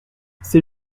c’est